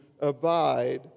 abide